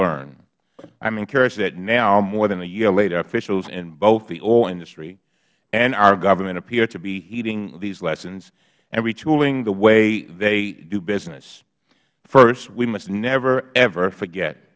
learn i am encouraged that now more than a year later officials in both the oil industry and our government appear to be heeding these lessons and retooling the way they do business first we must never ever forget